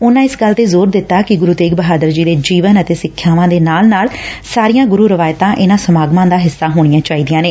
ਉਨੂਾਂ ਇਸ ਗੱਲ ਤੇ ਜ਼ੋਰ ਦਿੱਤਾ ਕਿ ਗੁਰੂ ਤੇਗ ਬਹਾਦਰ ਜੀ ਦੇ ਜੀਵਨ ਅਤੇ ਸਿੱਖਿਆਵਾਂ ਦੇ ਨਾਲ ਨਾਲ ਸਾਰੀਆਂ ਗੁਰੂ ਰਵਾਇਤਾਂ ਇਨ੍ਹਾਂ ਸਮਾਗਮਾਂ ਦਾ ਹਿੱਸਾ ਹੋਣੀਆਂ ਚਾਹੀਦੀਆਂ ਨੇ